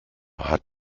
hat